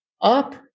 up